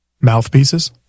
mouthpieces